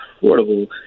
affordable